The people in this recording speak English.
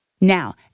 Now